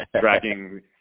dragging